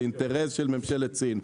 זה אינטרס של ממשלת סין,